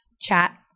chat